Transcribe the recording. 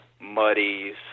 Muddies